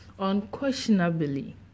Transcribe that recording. unquestionably